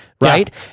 right